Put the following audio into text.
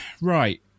right